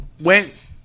went